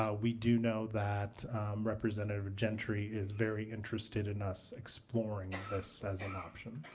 ah we do know that representative gentry is very interested in us exploring this as an option.